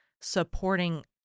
supporting